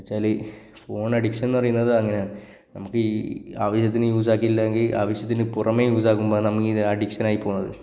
എന്നുവെച്ചാൽ ഫോൺ അഡിക്ഷന് എന്നു പറയുന്നതങ്ങനെയാണ് നമുക്ക് ഈ അവരതിന് യൂസ് ആക്കിയില്ലെങ്കില് ആവശ്യത്തിന് പുറമേ യൂസ് ആക്കുമ്പോളാ നമ്മളീ അഡിക്ഷൻ ആയി പോകുന്നത്